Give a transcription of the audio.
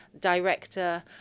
director